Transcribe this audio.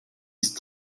ist